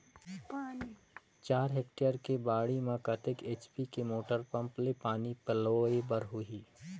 चार हेक्टेयर के बाड़ी म कतेक एच.पी के मोटर पम्म ले पानी पलोय बर होही?